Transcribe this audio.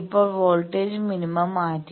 ഇപ്പോൾ വോൾട്ടേജ് മിനിമ മാറ്റി